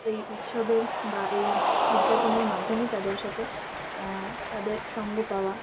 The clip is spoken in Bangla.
এই উৎসবের বা এই উদযাপনের মাধ্যমে তাদের সাথে তাদের সঙ্গ পাওয়া